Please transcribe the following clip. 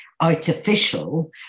artificial